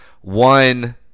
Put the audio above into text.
one